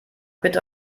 bitte